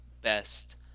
best